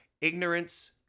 Ignorance